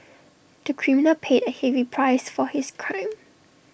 the criminal paid A heavy price for his crime